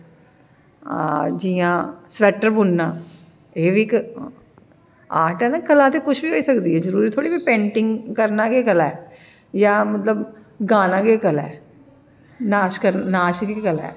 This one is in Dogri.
आं जि'यां स्वेटर बुनना एह् बी इक आर्ट ऐ कला ते कुछ बी होई सकदी ऐ जरूरी थोह्ड़ी ना पेंटिंग करना गै कला ऐ जां मतलब गाना गै कला ऐ नाच दी बी कला ऐ